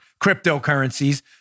cryptocurrencies